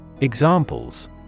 Examples